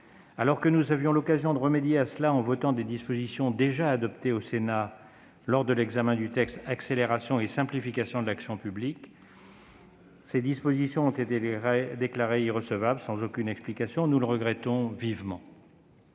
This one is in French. Alors que nous avions l'occasion de remédier à cela en votant des dispositions déjà adoptées par le Sénat lors de l'examen du projet de loi d'accélération et de simplification de l'action publique, ces amendements ont été déclarés irrecevables sans aucune explication. Nous le regrettons vivement.